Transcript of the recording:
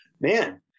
man